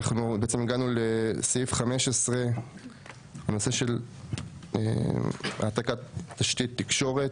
הגענו לסעיף 15 בנושא העתקת תשתית תקשורת.